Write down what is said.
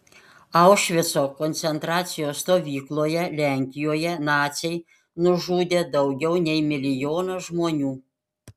aušvico koncentracijos stovykloje lenkijoje naciai nužudė daugiau nei milijoną žmonių